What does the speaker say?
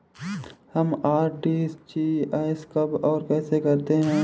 हम आर.टी.जी.एस कब और कैसे करते हैं?